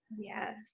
Yes